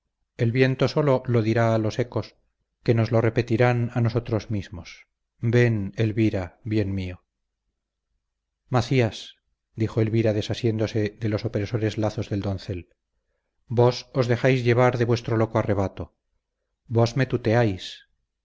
el viento sólo lo dirá a los ecos que nos lo repetirán a nosotros mismos ven elvira bien mío macías dijo elvira desasiéndose de los opresores lazos del doncel vos os dejáis llevar de vuestro loco arrebato vos me tuteáis